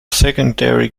secondary